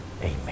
Amen